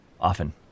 often